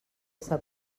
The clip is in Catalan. essa